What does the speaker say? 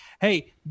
Hey